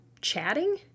chatting